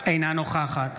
אינה נוכחת